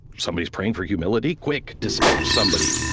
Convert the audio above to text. somebody's praying for humility? quick, dispatch somebody.